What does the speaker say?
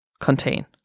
contain